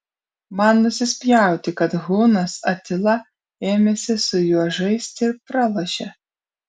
man nusispjauti kad hunas atila ėmėsi su juo žaisti ir pralošė